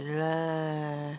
ya lah